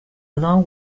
alone